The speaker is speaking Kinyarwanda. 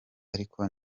ariko